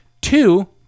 Two